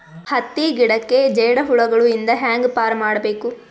ಹತ್ತಿ ಗಿಡಕ್ಕೆ ಜೇಡ ಹುಳಗಳು ಇಂದ ಹ್ಯಾಂಗ್ ಪಾರ್ ಮಾಡಬೇಕು?